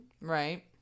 right